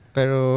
Pero